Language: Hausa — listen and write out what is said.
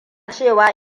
cewa